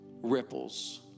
ripples